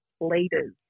leaders